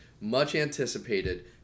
much-anticipated